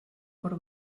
por